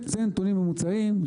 זה הנתונים הממוצעים.